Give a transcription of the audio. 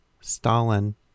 Stalin